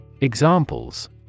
Examples